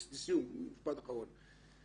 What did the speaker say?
משפט אחרון, לסיום.